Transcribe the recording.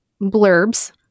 blurbs